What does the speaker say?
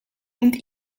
und